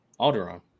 Alderaan